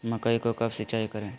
मकई को कब सिंचाई करे?